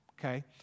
Okay